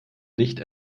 nicht